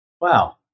wow